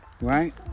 right